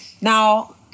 Now